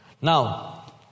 Now